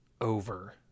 over